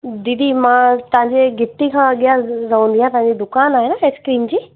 दीदी मां तव्हांजे घिटी खां अॻियां रहंदी आहियां तव्हांजी दुकानु आहे न आइस्क्रीम जी